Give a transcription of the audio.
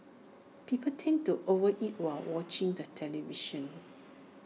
people tend to over eat while watching the television